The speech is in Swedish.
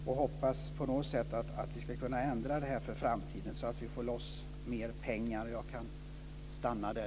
Jag hoppas att vi kan ändra detta inför framtiden, så att vi kan få loss mer pengar.